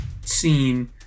scene